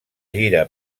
gira